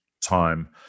time